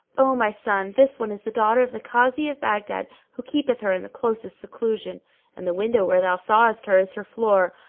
o my son, this one is the daughter of the kazi of baghdad who keepeth her in the closest seclusion and the window where thou sawest her is her floor,